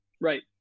Right